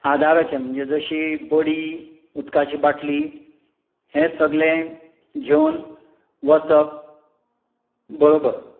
आदाराचे म्हणजे जशी बडी उदकाची बाटली हें सगलें घेवन वचप बरोबर